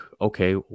okay